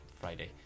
friday